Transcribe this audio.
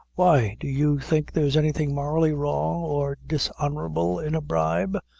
why, do you think there's anything morally wrong or dishonorable in a bribe?